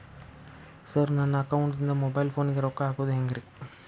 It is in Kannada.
ಸರ್ ನನ್ನ ಅಕೌಂಟದಿಂದ ಮೊಬೈಲ್ ಫೋನಿಗೆ ರೊಕ್ಕ ಹಾಕೋದು ಹೆಂಗ್ರಿ?